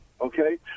okay